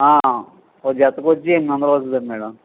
ఆ ఒక జతకు వచ్చి ఎనిమిది వందలు అవుతుంది మేడమ్